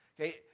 okay